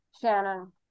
Shannon